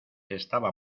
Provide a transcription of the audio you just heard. estaba